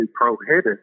prohibited